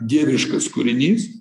dieviškas kūrinys